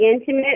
intimate